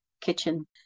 kitchen